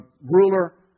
ruler